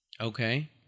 Okay